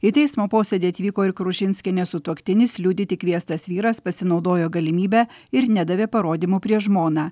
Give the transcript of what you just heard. į teismo posėdį atvyko ir krušinskienės sutuoktinis liudyti kviestas vyras pasinaudojo galimybe ir nedavė parodymų prieš žmoną